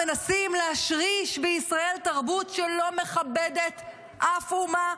מנסים להשריש בישראל תרבות שלא מכבדת אף אומה,